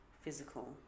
physical